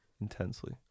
intensely